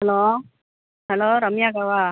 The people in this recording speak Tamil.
ஹலோ ஹலோ ரம்யா அக்காவா